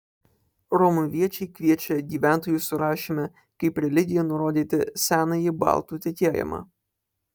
romuviečiai kviečia gyventojų surašyme kaip religiją nurodyti senąjį baltų tikėjimą